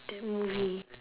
that movie